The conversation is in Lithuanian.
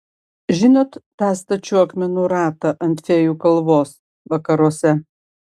žinot tą stačių akmenų ratą ant fėjų kalvos vakaruose